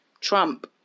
trump